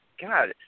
God